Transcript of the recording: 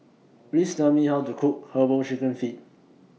Please Tell Me How to Cook Herbal Chicken Feet